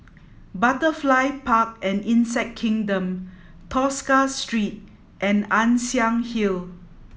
Butterfly Park and Insect Kingdom Tosca Street and Ann Siang Hill